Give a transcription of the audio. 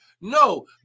No